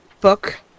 book